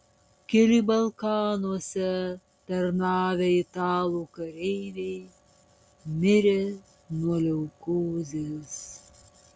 keli balkanuose tarnavę italų kareiviai mirė nuo leukozės